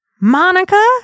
Monica